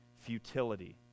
futility